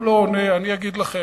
הוא לא עונה, אני אגיד לכם.